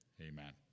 amen